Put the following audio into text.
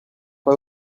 pas